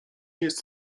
jest